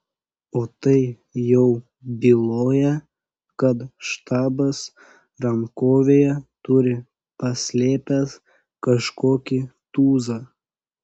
o tai jau byloja kad štabas rankovėje turi paslėpęs kažkokį tūzą